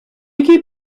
якій